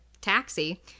taxi